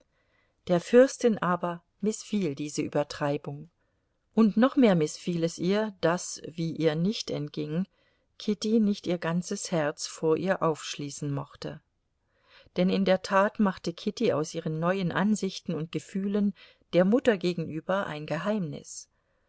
der fürstin aber mißfiel diese übertreibung und noch mehr mißfiel es ihr daß wie ihr nicht entging kitty nicht ihr ganzes herz vor ihr auf schließen mochte denn in der tat machte kitty aus ihren neuen ansichten und gefühlen der mutter gegenüber ein geheimnis